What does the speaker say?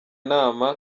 nama